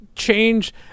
change